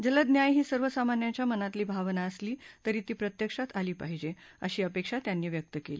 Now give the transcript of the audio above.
जलद न्याय ही सर्वसामान्यांच्या मनातली भावना असली तरी ती प्रत्यक्षात आली पाहिजे अशी अपेक्षा त्यांनी व्यक्त केली